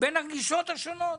בין הגישות השונות.